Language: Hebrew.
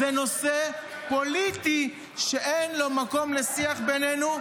זה נושא פוליטי שאין לו מקום לשיח בינינו,